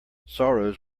sorrows